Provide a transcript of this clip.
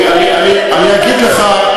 אני אגיד לך,